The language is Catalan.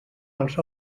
els